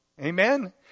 Amen